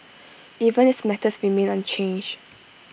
even his methods remain unchanged